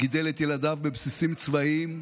גידל את ילדיו בבסיסים צבאיים,